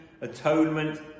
atonement